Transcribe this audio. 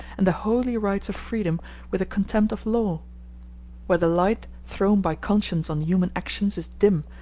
and the holy rites of freedom with a contempt of law where the light thrown by conscience on human actions is dim,